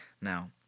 Now